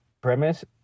premise